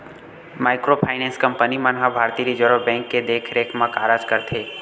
micro finance company मन ह भारतीय रिजर्व बेंक के देखरेख म कारज करथे